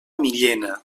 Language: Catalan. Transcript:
millena